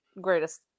greatest